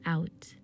out